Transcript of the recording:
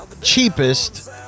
cheapest